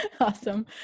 Awesome